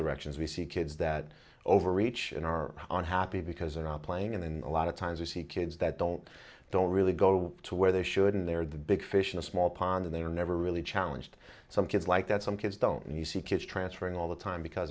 directions we see kids that overreach and are unhappy because they are playing and then a lot of times you see kids that don't don't really go to where they should and they are the big fish in a small pond they were never really challenged some kids like that some kids don't and you see kids transferring all the time because